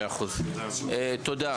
תודה.